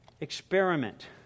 Experiment